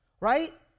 right